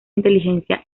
inteligencia